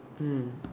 mm